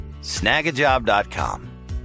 Snagajob.com